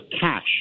cash